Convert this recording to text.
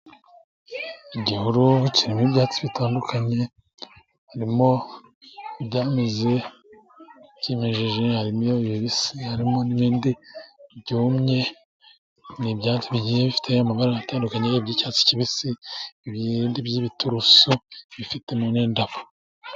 Igihuru kirimo ibyatsi bitandukanye harimo ibyameze, Ibyimejeje, harimo ibibisi, harimo n'ibindi byumye ni ibyatsi bigiye bifite amabara atandukanye, iby'icyatsi kibisi, ibibindi by'ibiturusu bifitemo n'indabo.